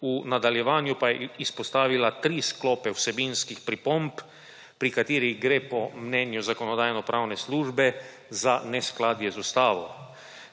V nadaljevanju pa je izpostavila tri sklope vsebinskih pripomb, pri katerih gre po mnenju Zakonodajno-pravne službe za neskladje z ustavo.